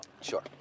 Sure